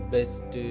Best